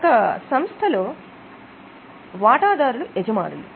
ఒక సంస్థలో వాటాదారులు యజమానులు